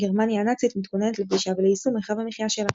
גרמניה הנאצית מתכוננת לפלישה וליישום מרחב המחיה שלה.